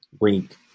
week